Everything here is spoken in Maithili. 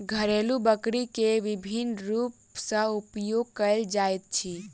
घरेलु बकरी के विभिन्न रूप सॅ उपयोग कयल जाइत अछि